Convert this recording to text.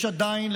יש עדיין,